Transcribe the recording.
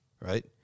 Right